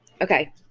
Okay